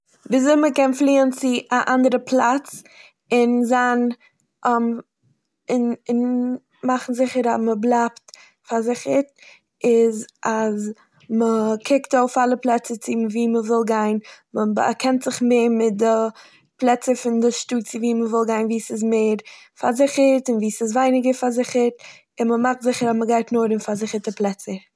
וויזוי מ'קען פליען צו א אנדערע פלאץ און זיין און- און- מאכן זיכער אז מ'בלייבט פארזיכערט איז אז מ'קוקט אויף אלע פלעצער וואו מ'וואל גיין, מ'באקענט זיך מיט די פלעצער פון די שטאט וואו מ'וויל גיין- וואו ס'איז מער פארזיכערט און וואו ס'איז ווייניגער פארזיכערט, און מ'מאכט זיכער אז מ'גייט נאר אין פארזיכערטע פלעצער.